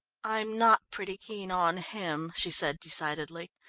i'm not pretty keen on him, she said decidedly.